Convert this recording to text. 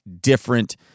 different